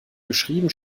geschrieben